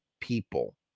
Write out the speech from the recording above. people